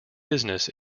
business